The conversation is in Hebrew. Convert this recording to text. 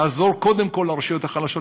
לעזור קודם כול לרשויות החלשות,